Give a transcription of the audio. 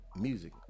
music